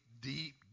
deep